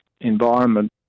environment